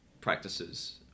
practices